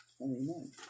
Amen